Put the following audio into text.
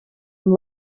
amb